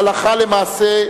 הלכה למעשה,